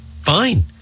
fine